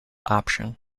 option